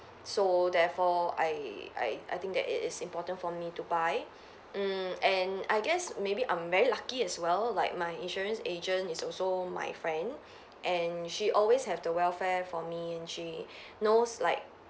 so therefore I I I think that it is important for me to buy mm and I guess maybe I'm very lucky as well like my insurance agent is also my friend and she always have the welfare for me and she knows like